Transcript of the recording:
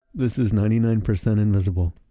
this is ninety nine percent invisible.